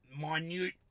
minute